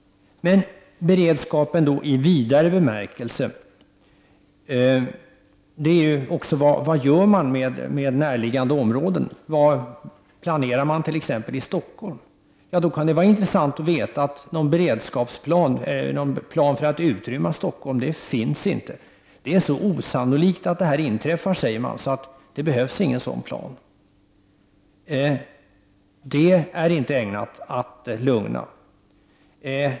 Men vi har också beredskapen i vidare bemärkelse. Vad gör man med näraliggande områden? Vad planeras t.ex. i Stockholm? Det kan vara intressant att veta att någon plan för att utrymma Stockholm inte finns. Det är så osannolikt att en sådan olycka inträffar att det inte behövs någon sådan plan, sägs det. Men det är inte ägnat att lugna.